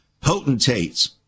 potentates